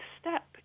step